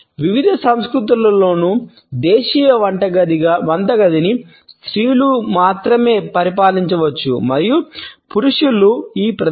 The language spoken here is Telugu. వివిధ సంస్కృతులలోని దేశీయ వంటగదిని స్త్రీలుగా మాత్రమే పరిపాలించవచ్చు మరియు పురుషులు ఈ ప్రదేశంలోకి ప్రవేశించడానికి ఇష్టపడరు